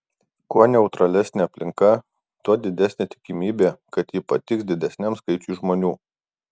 kuo neutralesnė aplinka tuo didesnė tikimybė kad ji patiks didesniam skaičiui žmonių